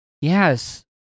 Yes